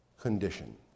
condition